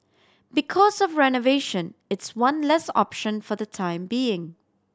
because of renovation it's one less option for the time being